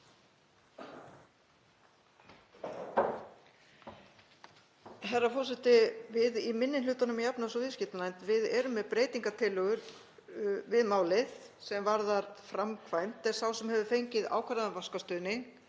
Herra forseti. Við í minni hlutanum í efnahags- og viðskiptanefnd erum með breytingartillögu við málið sem varðar framkvæmd er sá sem hefur fengið ákvarðaðan vaxtastuðning